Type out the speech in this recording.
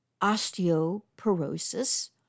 Osteoporosis